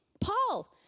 Paul